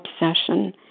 obsession